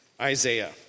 Isaiah